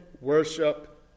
worship